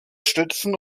stützen